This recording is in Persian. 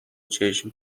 چشم